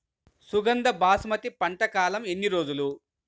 సుగంధ బాసుమతి పంట కాలం ఎన్ని రోజులు?